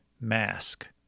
mask